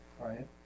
right